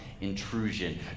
intrusion